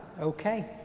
okay